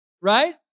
Right